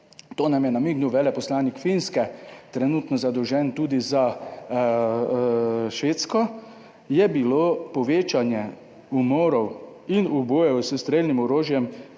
to nam je namignil veleposlanik Finske, trenutno zadolžen tudi za Švedsko, je bilo povečanje umorov in ubojev s strelnim orožjem,